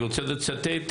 אני רוצה לצטט.